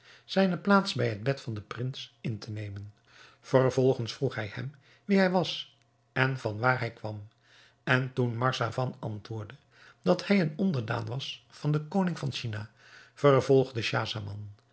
zijne plaats bij het bed van den prins in te nemen vervolgens vroeg hij hem wie hij was en van waar hij kwam en toen marzavan antwoordde dat hij een onderdaan was van den koning van china vervolgde